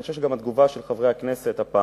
אני גם חושב שהתגובה של חברי הכנסת הפעם,